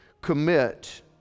commit